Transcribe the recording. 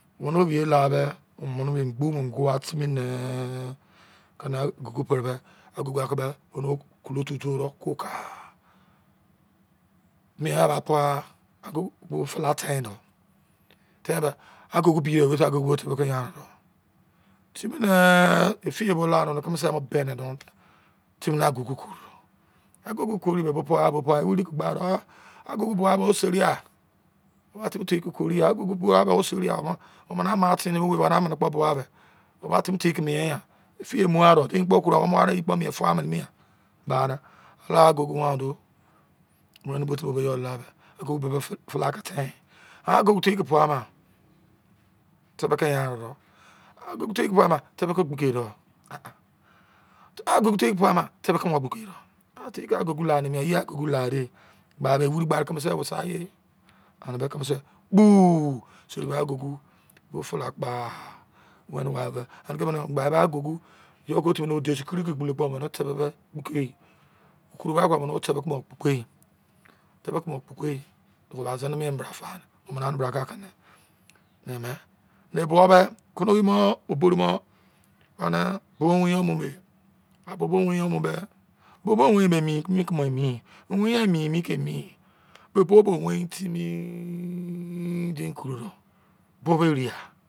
One ovie la be omene mo ingbo mo ongu a timi nee keni agu gu pre be agugu a ke be keni okotu do kpoka mien ba pai agugu bo fla ten ten agugu be agugu te be ke yan re do timi ne ifiye bo lade ne keme se bene do timi na agugu koro agugu koro bo pai bo pai wiri ke gba de ah agugu bo ame o seri ai ba timi te ke koru ya agugu bo ame o seriai omene ama tene okpo bo me ifi ye muro deni kpo koro o mu ware kpo iye mein fuai mene yan ban ne kere agugu wan do wene timi iye be la be agugu le ke pai ma? Tebe ke yanren do ah agugu teke paima te be ke gbeke do mene ah ah ah agugu te ke paima te be gbeke do ah te ke agugu la de iye agugu lade gba de wiri gba de keme se wisa ye ane me keme se kpu so agugu fla kpa wene ware ene ke do agugu iye timi ne u desi kiri ke koro kpo mene te be kpekẹ koroai kpo omene mi te be kpo kpe, te be kpe ba sine mien ma bra fa omene ane bra ka ke ne mien ne me bo me kono wei mo obri mo ane bowo o win a mume a bowo bo owni a mu me bowo owin bowo bo owin emi emi ke emi bo bowo bo owin timi dein koro do bowo bo eriya